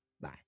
Bye